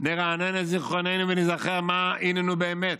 נרענן את זיכרוננו וניזכר מה היננו באמת,